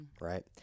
right